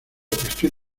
estoy